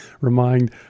remind